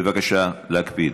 בבקשה להקפיד.